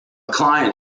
client